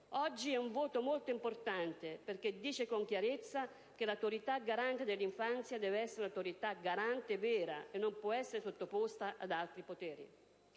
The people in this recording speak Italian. Oggi è un voto molto importante perché dice con chiarezza che l'Autorità garante dell'infanzia deve essere una Autorità garante vera e non può essere sottoposta ad altri poteri.